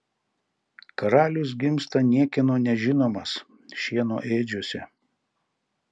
karalius gimsta niekieno nežinomas šieno ėdžiose